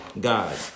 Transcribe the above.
God